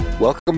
Welcome